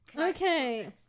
Okay